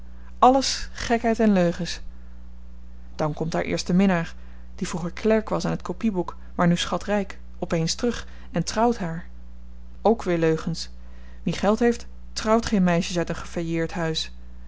alles gekheid en leugens dan komt haar eerste minnaar die vroeger klerk was aan t kopieboek maar nu schatryk op eens terug en trouwt haar ook weer leugens wie geld heeft trouwt geen meisjen uit een gefailleerd huis